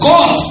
God